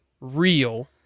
real